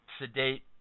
sedate